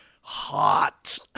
hot